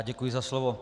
Děkuji za slovo.